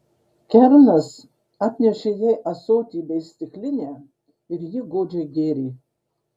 kernas atnešė jai ąsotį bei stiklinę ir ji godžiai gėrė